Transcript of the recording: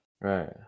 right